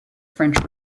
french